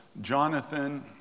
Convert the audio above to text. Jonathan